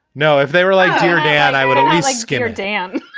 no. if they were like, dear dad, i would only like skinner dan,